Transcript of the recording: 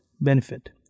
benefit